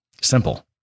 simple